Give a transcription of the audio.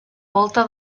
volta